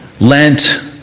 Lent